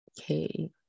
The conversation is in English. Okay